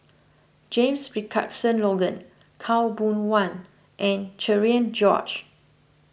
James Richardson Logan Khaw Boon Wan and Cherian George